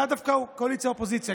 לאו דווקא מקואליציה או האופוזיציה,